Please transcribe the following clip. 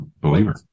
Believer